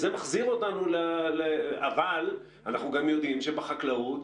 אבל אנחנו גם יודעים שבחקלאות,